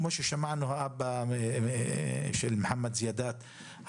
כפי ששמענו מן האבא של מחמד זיאדאת,